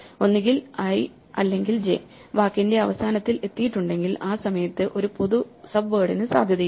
ഒന്നുകിൽ i അല്ലെങ്കിൽ j വാക്കിന്റെ അവസാനത്തിൽ എത്തിയിട്ടുണ്ടെങ്കിൽ ആ സമയത്ത് ഒരു പൊതു സബ്വേഡിന് സാധ്യതയില്ല